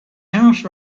house